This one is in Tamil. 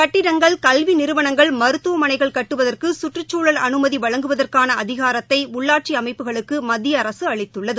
கட்டிடங்கள் கல்விநிறுவனங்கள் மருத்துவமனைகள் கட்டுவதற்குசுற்றுச்சூழல் அனுமதிவழங்குவதற்கானஅதிகாரத்தைஉள்ளாட்சிஅமைப்புகளுக்குமத்தியஅரசுஅளித்துள்ளது